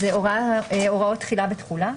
הוראות תחילה ותחולה.